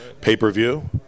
pay-per-view